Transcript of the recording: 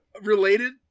related